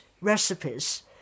recipes